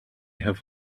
have